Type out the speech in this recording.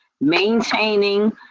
Maintaining